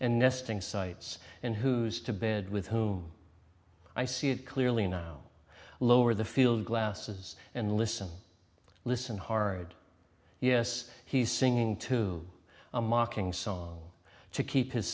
and nesting sites and who's to bed with whom i see it clearly now lower the field glasses and listen listen hard yes he's singing to a mocking song to keep his